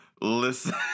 listen